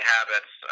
Habits